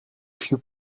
few